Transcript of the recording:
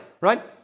right